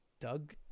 Doug